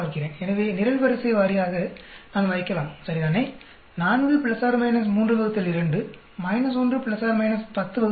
எனவே நிரல்வரிசை வாரியாக நான் வைக்கலாம் சரிதானே 4 ± 32 1 ± 10 2